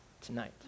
tonight